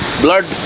blood